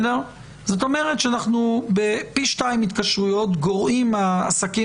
זאת אומרת שאנחנו בפי שתיים התקשרויות גורעים מהעסקים